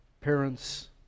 Parents